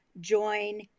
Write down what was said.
join